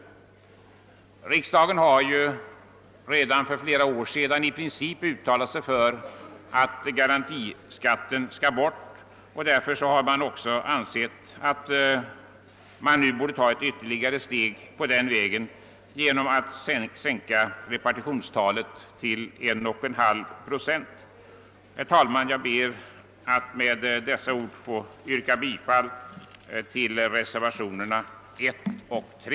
Riksdagen har redan för flera år sedan i princip uttalat sig för att garantiskatten skulle bort. Därför har vi nu ansett att man borde ta ytterligare ett steg på den vägen genom att sänka repartitionstalet till 1,5 procent. Herr talman! Jag ber att med det anförda få yrka bifall till reservationerna 1 och 3.